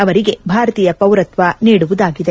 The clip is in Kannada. ಅವರಿಗೆ ಭಾರತೀಯ ಪೌರತ್ವ ನೀಡುವುದಾಗಿದೆ